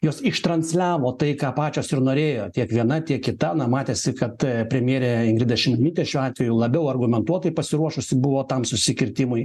jos ištransliavo tai ką pačios ir norėjo tiek viena tiek kita na matėsi kad premjerė ingrida šimonytė šiuo atveju labiau argumentuotai pasiruošusi buvo tam susikirtimui